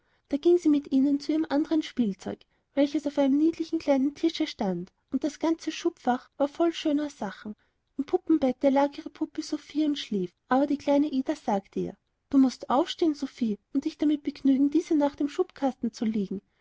da ging sie mit ihnen zu ihrem anderen spielzeug welches auf einem niedlichen kleinen tische stand und das ganze schubfach war voll schöner sachen im puppenbette lag ihre puppe sophie und schlief aber die kleine ida sagte ihr du mußt aufstehen sophie und dich damit begnügen diese nacht im schubkasten zu liegen